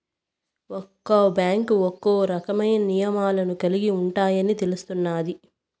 ఒక్క బ్యాంకు ఒక్కో రకమైన నియమాలను కలిగి ఉంటాయని తెలుస్తున్నాది